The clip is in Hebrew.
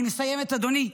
אני מסיימת, אדוני.